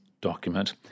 document